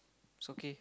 it's okay